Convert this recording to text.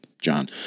John